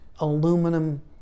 aluminum